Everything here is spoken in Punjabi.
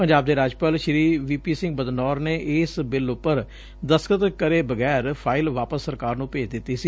ਪੰਜਾਬ ਦੇ ਰਾਜਪਾਲ ਵੀ ਪੀ ਸਿੰਘ ਬਦਨੌਰ ਨੇ ਇਸ ਬਿੱਲ ਉਪਰ ਦਸਤਖਤ ਕਰੇ ਬਗੈਰ ਫਾਈਲ ਵਾਪਸ ਸਰਕਾਰ ਨੰ ਭੇਜ ਦਿਂਤੀ ਸੀ